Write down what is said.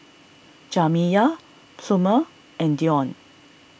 Jamiya Plummer and Deon